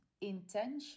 intention